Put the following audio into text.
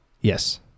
yes